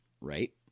right